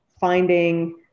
finding